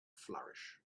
flourish